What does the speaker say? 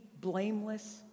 blameless